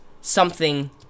something-